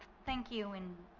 thank you. and